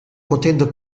potendo